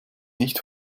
nicht